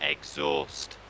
Exhaust